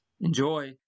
enjoy